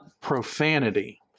profanity